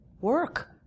work